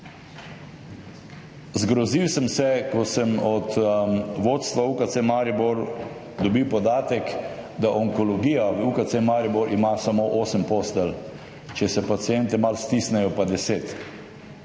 Zgrozil sem se, ko sem od vodstva UKC Maribor dobil podatek, da ima onkologija v UKC Maribor samo osem postelj, če se pacienti malo stisnejo pa 10.